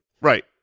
Right